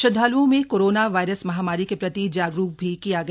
श्रद्वालुओं में corona virus महामारी के प्रति जागरूक भी किया गया